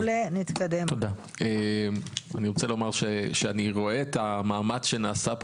אני רוצה לומר שאני רואה את המאמץ פה,